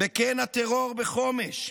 בקרן הטרור בחומש,